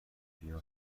گیاه